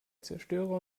zerstörer